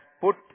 put